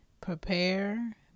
Prepare